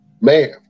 man